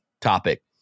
topic